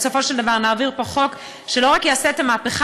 ובסופו של דבר נעביר פה חוק שלא רק יעשה את המהפכה